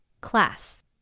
class